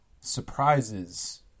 Surprises